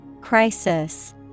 Crisis